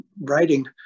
writing